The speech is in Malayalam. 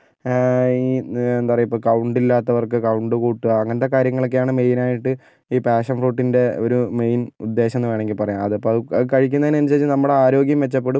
ആ ഈ എന്താ പറയുക ഇപ്പം കൗണ്ടില്ലാത്തവർക്ക് കൗണ്ട് കൂട്ടുക അങ്ങനത്തെ കാര്യങ്ങളൊക്കെയാണ് മെയിനായിട്ട് ഈ പാഷൻ ഫ്രൂട്ടിൻ്റെ ഒരു മെയിൻ ഉദ്ദേശമെന്ന് വേണമെങ്കിൽ പറയാം അതിപ്പത് അത് കഴിക്കുന്നതിനനുസരിച്ച് നമ്മുടെ ആരോഗ്യം മെച്ചപ്പെടും